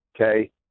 okay